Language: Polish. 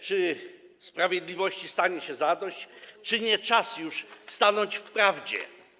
Czy sprawiedliwości stanie się zadość, czy nie czas już stanąć w prawdzie?